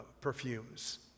perfumes